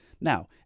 now